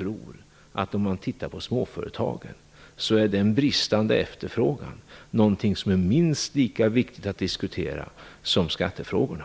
När det gäller småföretagen tror jag att den bristande efterfrågan är något som är minst lika viktigt att diskutera som skattefrågorna.